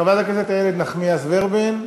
חברת הכנסת איילת נחמיאס ורבין,